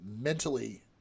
mentally